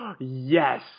Yes